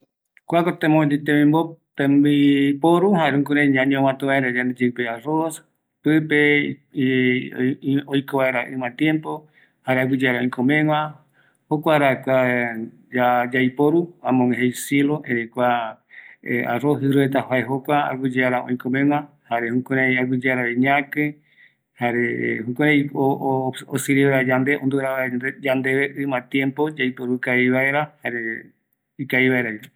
﻿Kuako jae mopeti tembipo temboporu jare jukurai ñañovatu vaera yande yeipe arroz, pipe oiko vaera ima tiempo jare aguiyeara oikomeguä, jokuara kua ya yaiporu amöguë jei silos kua arroz jiruretape jae jokua aguiyeara oikomeguä, jare jukurai aguiyearavi ñaki jare jukurai o osirive vaera yande, ondura vaera yandeve ima tiempo yaiporu vaera yaiporu kavi vaera jare ikavi vaeravi